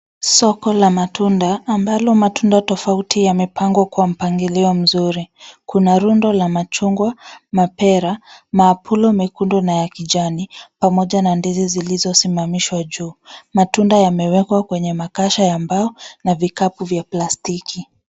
Soko la matunda ambalo matunda tofauti yamepangwa kwa mpangilio mzuri. Kuna rundo la machungwa, mapela, maapulo mekundu na ya kijani pamoja na ndizi zilizosimamishwa juu. Matunda yamewekwa kwenye makasha ya mbao na vikapu vya plastiki.